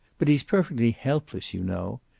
but he's perfectly helpless, you know.